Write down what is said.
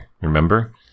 remember